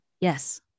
Yes